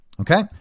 Okay